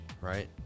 right